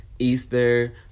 Easter